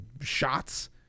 shots